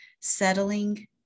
settling